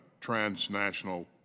transnational